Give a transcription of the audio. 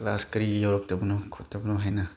class ꯀꯔꯤꯒꯤ ꯌꯧꯔꯛꯇꯕꯅꯣ ꯈꯣꯠꯇꯕꯅꯣ ꯍꯥꯏꯅ